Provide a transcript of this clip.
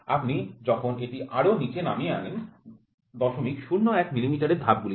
আপনি যখন এটি আরও নিচে নামিয়ে আনেন ০০১ মিলিমিটারের ধাপগুলিতে